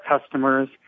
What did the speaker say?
customers